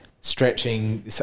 stretching